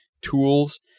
tools